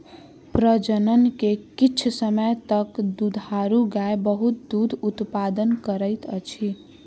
प्रजनन के किछ समय तक दुधारू गाय बहुत दूध उतपादन करैत अछि